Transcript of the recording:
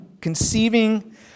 conceiving